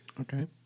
Okay